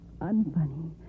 unfunny